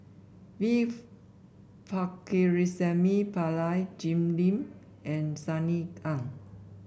V Pakirisamy Pillai Jim Lim and Sunny Ang